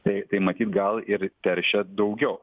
tai tai matyt gal ir teršia daugiau